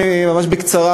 ממש בקצרה,